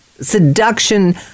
seduction